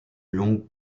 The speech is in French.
longues